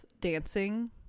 dancing